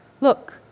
Look